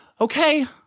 okay